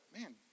man